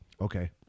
Okay